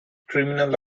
criminal